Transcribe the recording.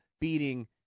beating